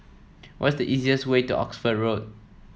what is the easiest way to Oxford Road